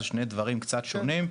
זה שני דברים קצת שונים,